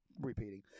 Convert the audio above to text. repeating